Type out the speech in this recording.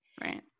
Right